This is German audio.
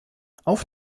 auf